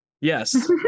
yes